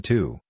Two